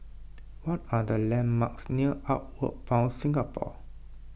what are the landmarks near Outward Bound Singapore